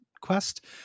quest